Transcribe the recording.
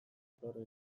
etorri